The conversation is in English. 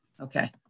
Okay